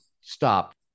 stop